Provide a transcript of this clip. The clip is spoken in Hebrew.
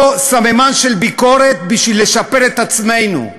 סממן של ביקורת בשביל לשפר את עצמנו.